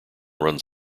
runs